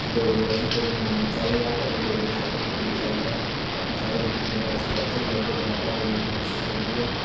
ते असें एह् डोगरी भुल्लना नेईं चाहिदा एह् डोगरी साढ़ी बड़ी शैल ऐ अपने साढ़े रीति रवाज़ साढ़े कल्चर अग्गें बधाने दी कोशिश करदी ऐ